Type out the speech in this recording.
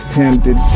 tempted